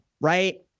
right